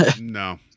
No